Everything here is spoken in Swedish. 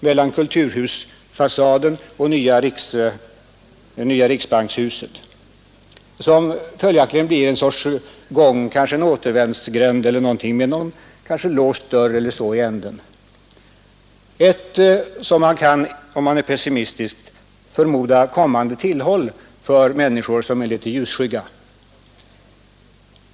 Mellan kulturhusfasaden och det nya riksbankshuset blir det ett prång på 3—5 meters bredd, kanske en återvändsgränd med en låst dörr i östra änden. Om man är pessimistisk, kan man förmoda att det blir ett nytt tillhåll för människor, som är litet ljusskygga.